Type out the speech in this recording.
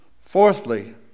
Fourthly